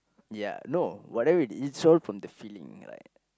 ya no whatever it is so from the feeling like